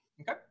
Okay